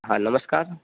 હા નમસ્કાર